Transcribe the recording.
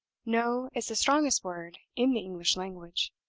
no is the strongest word in the english language,